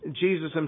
Jesus